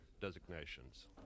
designations